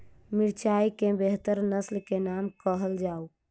मिर्चाई केँ बेहतर नस्ल केँ नाम कहल जाउ?